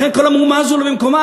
לכן כל המהומה הזאת לא במקומה,